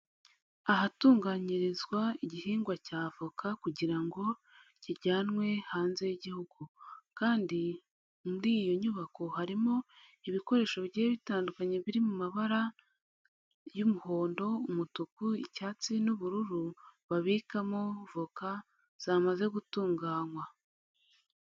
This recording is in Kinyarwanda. Ahatunganyirizwa igihingwa cya avoka kugira ngo kijyanwe hanze y'igihugu kandi muri iyi nyubako harimo ibikoresho bigiye bitandukanye biri mu mabara y'umuhondo, umutuku, icyatsi n'ubururu, babikamo voka zamaze gutunganywa.